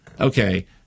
Okay